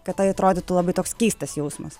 kad tai atrodytų labai toks keistas jausmas